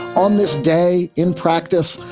on this day in practice,